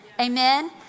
amen